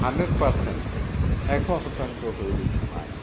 hundred percent এশ শতাংশ হৈ উঠা নাই